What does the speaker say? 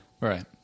Right